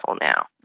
now